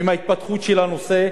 עם ההתפתחות של הנושא,